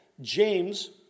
James